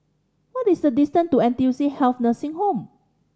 what is the distance to N T U C Health Nursing Home